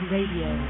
Radio